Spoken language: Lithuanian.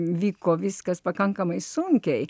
vyko viskas pakankamai sunkiai